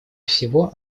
всего